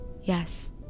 yes